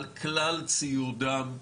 על כלל ציודם,